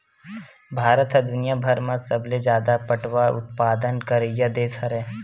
भारत ह दुनियाभर म सबले जादा पटवा उत्पादन करइया देस हरय